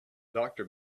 doctor